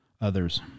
others